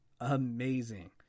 amazing